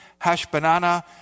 Hashbanana